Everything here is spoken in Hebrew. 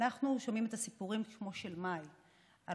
כשאנחנו שומעים סיפורים כמו של מאי על